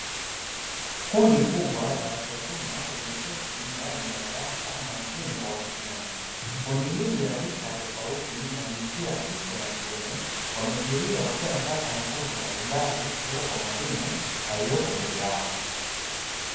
Kundi kubwa la watu wazima limeketi ndani ya darasa na wengine wamesimama, kundi hili la rika tofauti na jinsia ya kike na kiume wametulia wakiwa wanapata mafunzo mbalimbali kutoka kwa mwalimu aliyepo mbele yao.